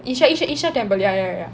isha isha isha temple ya ya ya